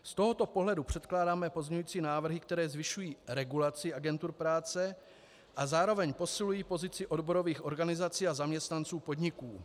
Z tohoto pohledu předkládáme pozměňující návrhy, které zvyšují regulaci agentur práce a zároveň posilují pozici odborových organizací a zaměstnanců podniků.